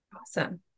Awesome